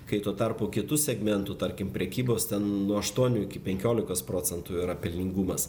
kai tuo tarpu kitų segmentų tarkim prekybos ten nuo aštuonių iki penkiolikos procentų yra pelningumas